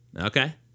Okay